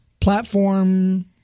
platform